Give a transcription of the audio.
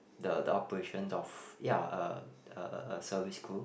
the the operation of ya uh uh service crew